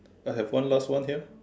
I have one last one here